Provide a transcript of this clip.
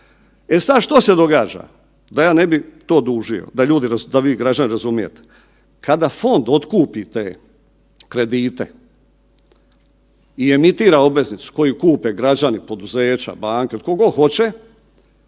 E sada što se događa? Da ja ne bi to dužio, da vi građani razumijete, kada fond otkupi te kredite i emitira obveznicu koju kupe građani, poduzeća, banke tko god hoće,